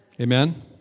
Amen